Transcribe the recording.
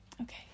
okay